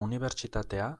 unibertsitatea